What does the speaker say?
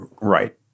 right